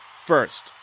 first